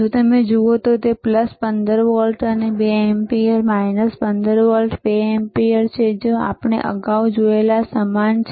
જો તમે જુઓ તો 15 વોલ્ટ 2 એમ્પીયર 15 વોલ્ટ 2 એમ્પીયર છે જે આપણે અગાઉ જોયેલા સમાન છે